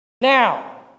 Now